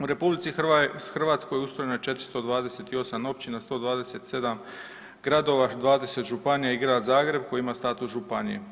U RH ustrojeno je 428 općina, 127 gradova, 20 županija i Grad Zagreb koji ima status županije.